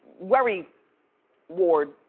worry board